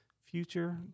future